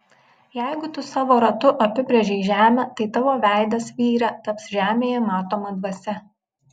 jeigu tu savo ratu apibrėžei žemę tai tavo veidas vyre taps žemėje matoma dvasia